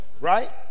right